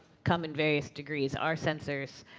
come in various degrees. our sensors